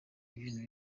ibintu